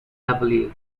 heavily